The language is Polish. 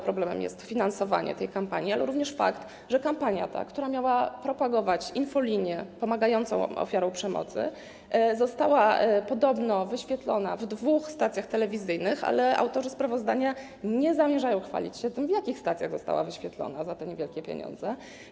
Problemem jest nie tylko finansowanie tej kampanii, ale również fakt, że kampania ta, która miała propagować infolinię pomagającą ofiarom przemocy, została podobno wyświetlona w dwóch stacjach telewizyjnych, ale autorzy sprawozdania nie zamierzają chwalić się tym, w jakich stacjach została wyświetlona za te niewielkie pieniądze.